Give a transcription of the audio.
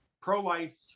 pro-life